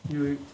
یُہوٚے